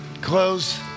close